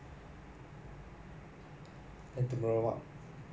err same as every other day lah just wake up